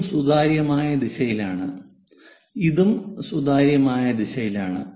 ഇതും സുതാര്യമായ ദിശയിലാണ് ഇതും സുതാര്യമായ ദിശയിലാണ്